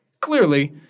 clearly